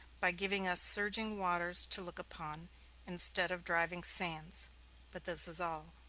by giving us surging waters to look upon instead of driving sands but this is all.